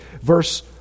verse